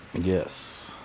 yes